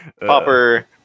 Popper